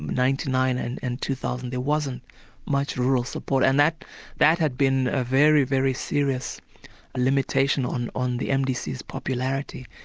nine and and two thousand, there wasn't much rural support, and that that had been a very, very serious limitation on on the mdc's popularity.